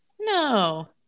no